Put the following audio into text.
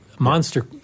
Monster